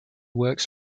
works